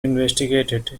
investigated